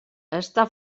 està